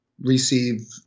receive